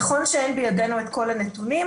נכון שאין בידינו את כל הנתונים.